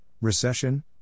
recession